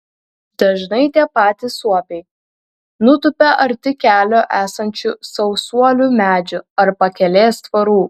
dažnai tie patys suopiai nutupia arti kelio esančių sausuolių medžių ar pakelės tvorų